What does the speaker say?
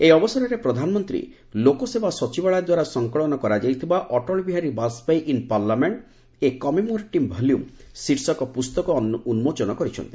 ଏହି ଅବସରରେ ପ୍ରଧାନମନ୍ତ୍ରୀ ଲୋକସେବା ସଚିବାଳୟ ଦ୍ୱାରା ସଂକଳନ କରାଯାଇଥିବା Atal Bihari Vajpayee in parliament a commemorative volume ଶୀର୍ଷକ ପୁସ୍ତକ ଉନ୍ମୋଚନ କରିଛନ୍ତି